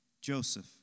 Joseph